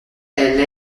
elle